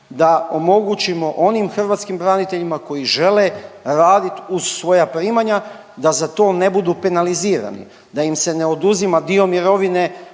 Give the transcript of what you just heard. da omogućimo onim hrvatskim braniteljima koji žele radit uz svoja primanja da za to ne budu penalizirani, da im se ne oduzima dio mirovine